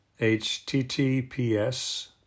https